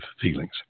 feelings